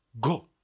go